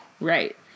Right